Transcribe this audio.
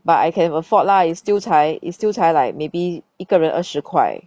but I can afford lah it's still 才 is still 才 like maybe 一个人二十块